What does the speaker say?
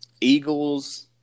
Eagles